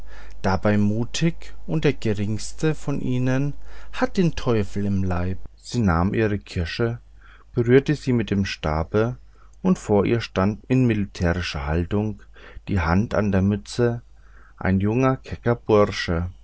dabei mutig und der geringste von ihnen hat den teufel im leib sie nahm ihre kirsche berührte sie mit dem stabe und vor ihr stand in militärischer haltung die hand an der mütze ein junger kecker bursche